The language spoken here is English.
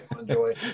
enjoy